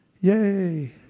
Yay